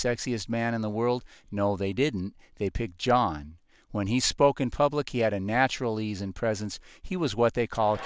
sexiest man in the world no they didn't they picked john when he spoke in public he had a natural ease and presence he was what they call